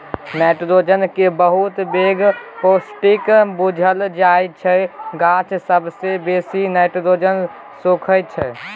nitrogen केँ बहुत पैघ पौष्टिक बुझल जाइ छै गाछ सबसँ बेसी नाइट्रोजन सोखय छै